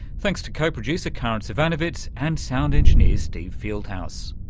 thanks to co-producer karin zsivanovits and sound engineer steve fieldhouse.